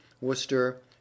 Worcester